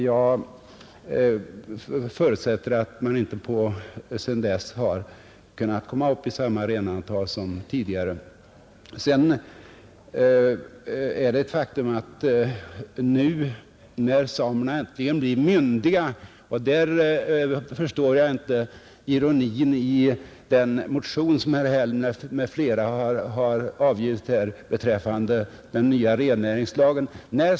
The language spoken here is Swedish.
Jag förutsätter att man inte sedan dess har hunnit komma upp i samma renantal som tidigare. Jag förstår inte ironin i den motion som herr Häll m.fl. har väckt beträffande förslaget till ny rennäringslag. Motionen ironiserar över bl.a. talet om förmynderskap.